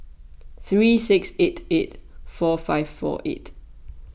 three six eight eight four five four eight